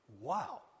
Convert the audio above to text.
Wow